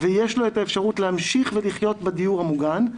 ויש לו האפשרות להמשיך ולחיות בדיור המוגן,